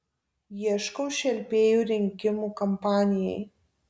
ieškau šelpėjų rinkimų kampanijai